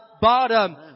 bottom